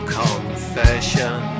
confession